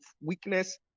weakness